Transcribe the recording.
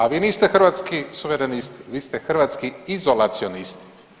A vi niste Hrvatski suverenisti, vi ste hrvatski izolacionisti.